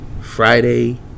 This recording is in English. Friday